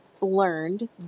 learned